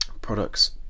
products